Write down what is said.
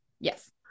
Yes